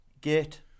get